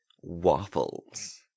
Waffles